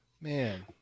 Man